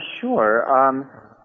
Sure